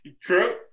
true